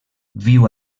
viu